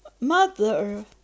mother